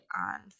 on